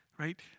right